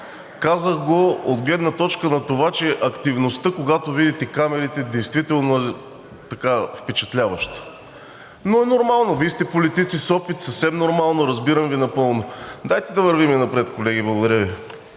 Казах го от гледна точка на това, че активността, когато видите камерите, действително е впечатляваща. Но е нормално, Вие сте политици с опит, съвсем нормално е, разбирам Ви напълно. Дайте да вървим напред, колеги. Благодаря Ви.